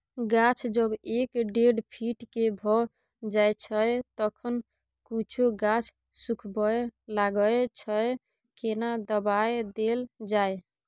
गाछ जब एक डेढ फीट के भ जायछै तखन कुछो गाछ सुखबय लागय छै केना दबाय देल जाय?